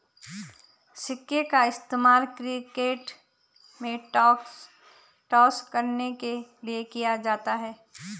सिक्के का इस्तेमाल क्रिकेट में टॉस करने के लिए किया जाता हैं